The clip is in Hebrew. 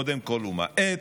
קודם כול הוא מאט,